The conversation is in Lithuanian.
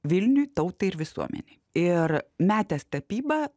vilniui tautai ir visuomenei ir metęs tapybą